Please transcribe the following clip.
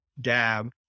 dab